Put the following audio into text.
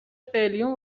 قلیون